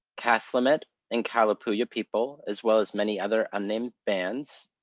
kathlamet, and kalapuya people, as well as many other unnamed bands.